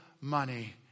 money